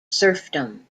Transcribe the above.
serfdom